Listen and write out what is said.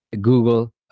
Google